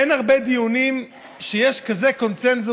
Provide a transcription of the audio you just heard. אין הרבה דיונים שיש בהם כזה קונסנזוס